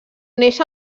neix